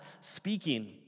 speaking